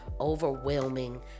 overwhelming